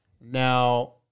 Now